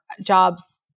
jobs